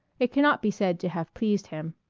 it cannot be said to have pleased him.